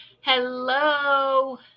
Hello